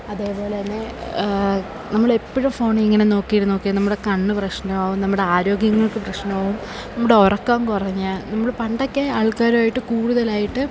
അതേപോലെത്തന്നെ നമ്മളെപ്പോഴും ഫോണില് ഇങ്ങനെ നോക്കിയിരുന്ന് നോക്കിയിരുന്ന് നമ്മുടെ കണ്ണ് പ്രശ്നമാകും നമ്മുടെ ആരോഗ്യങ്ങള്ക്ക് പ്രശ്നമാകും നമ്മുടെ ഉറക്കം കുറഞ്ഞ് നമ്മള് പണ്ടൊക്കെ ആള്ക്കാരുമായിട്ട് കൂടുതലായിട്ട്